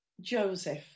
Joseph